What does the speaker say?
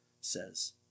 says